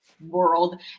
world